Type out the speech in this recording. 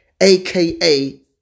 aka